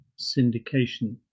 syndication